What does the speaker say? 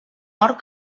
hort